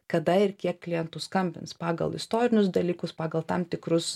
kada ir kiek klientų skambins pagal istorinius dalykus pagal tam tikrus